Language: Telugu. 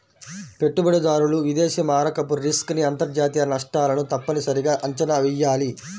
పెట్టుబడిదారులు విదేశీ మారకపు రిస్క్ ని అంతర్జాతీయ నష్టాలను తప్పనిసరిగా అంచనా వెయ్యాలి